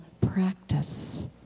practice